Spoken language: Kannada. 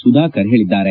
ಸುಧಾಕರ್ ಹೇಳಿದ್ದಾರೆ